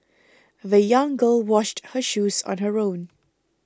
the young girl washed her shoes on her own